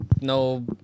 no